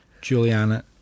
Juliana